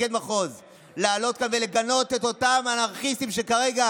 לעלות כאן ולגנות את אותם אנרכיסטים שכרגע